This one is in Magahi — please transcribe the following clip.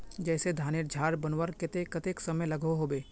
जैसे धानेर झार बनवार केते कतेक समय लागोहो होबे?